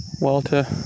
Walter